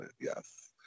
yes